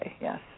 Yes